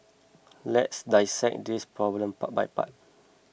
let's dissect this problem part by part